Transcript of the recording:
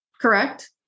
correct